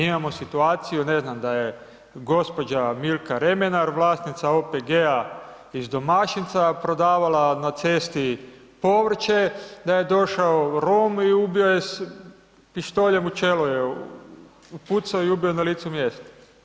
Imamo situaciju ne znam da je gđa. Milka Remenar vlasnica OPG-a iz Domašinca, prodavala na cesti povrće, da je došao Rom i ubio s pištoljem u čelo ju je upucao i ubio na licu mjesta.